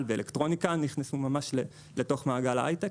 ואלקטרוניקה נכנסו ממש לתוך מעגל ההייטק,